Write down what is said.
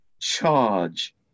charge